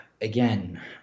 again